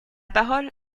parole